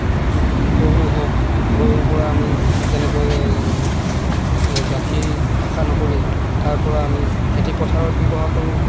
গৰু হওক গৰুৰ পৰা আমি যেনেকৈ গাখীৰ আশা নকৰি তাৰপৰা আমি খেতি পথাৰত ব্যৱহাৰ কৰো